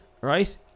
right